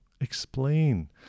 explain